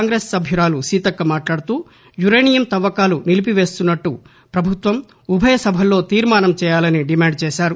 కాంగ్రెసు సభ్యురాలు సీతక్క మాట్లాడుతూ యురేనియం తవ్వకాలు నిలిపివేస్తున్నట్లు ప్రభుత్వం ఉభయ సభల్లో తీర్మానం చేయాలని డిమాండు చేశారు